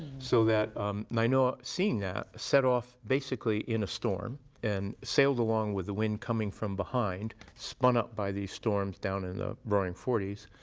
so that nainoa seeing that, set off basically in a storm, and sailed along with the wind coming from behind, spun up by these storms down in the roaring forties,